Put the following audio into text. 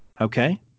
okay